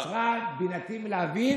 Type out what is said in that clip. הדבר הזה, קצרה בינתי מלהבין,